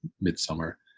midsummer